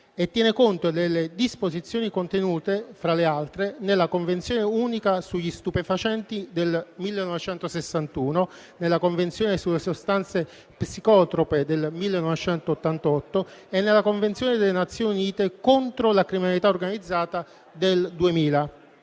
e tiene conto delle disposizioni contenute - fra le altre - nella Convenzione unica sugli stupefacenti del 1961, nella Convenzione sulle sostanze psicotrope del 1988 e nella Convenzione delle Nazioni Unite contro la criminalità organizzata